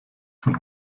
von